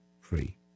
free